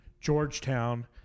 Georgetown